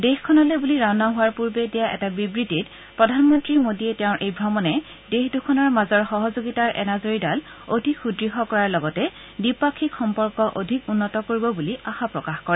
দেশখনলৈ বুলি ৰাওনা হোৱাৰ পূৰ্বে দিয়া এটা বিবৃতিত প্ৰধানমন্ত্ৰী মোদীয়ে তেওঁৰ এই ভ্ৰমণে দেশ দুখনৰ মাজৰ সহযোগিতাৰ এনাজৰিডাল অধিক সুদ্ঢ় কৰাৰ লগতে দ্বিপাক্ষিক সম্পৰ্ক অধিক উন্নত কৰিব বুলি আশা প্ৰকাশ কৰে